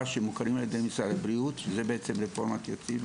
שמוכרים על-ידי משרד הבריאות מה שנקרא "רפורמת יציב"